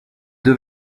deux